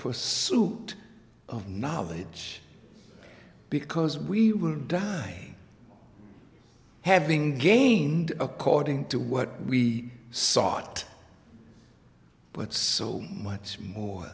pursuit of knowledge because we will die having gained according to what we sought but so much more